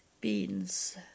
beans